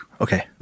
okay